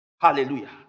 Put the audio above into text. Hallelujah